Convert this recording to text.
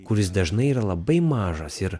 kuris dažnai yra labai mažas ir